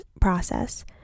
process